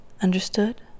Understood